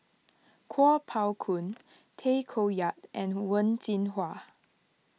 Kuo Pao Kun Tay Koh Yat and Wen Jinhua